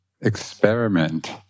experiment